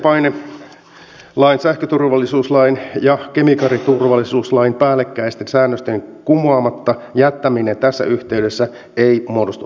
täten painelaitelain sähköturvallisuuslain ja kemikaaliturvallisuuslain päällekkäisten säännösten kumoamatta jättäminen tässä yhteydessä ei muodostu ongelmaksi